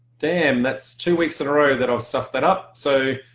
damn that's two weeks in a row that i've stuffed that up so